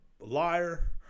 liar